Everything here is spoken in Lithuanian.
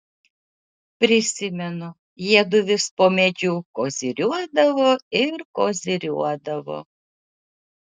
prisimenu jiedu vis po medžiu koziriuodavo ir koziriuodavo